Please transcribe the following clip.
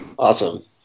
Awesome